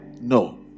No